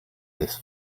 this